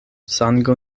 sango